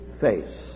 face